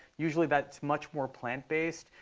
usually that's much more plant-based.